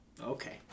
Okay